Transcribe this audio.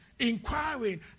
Inquiring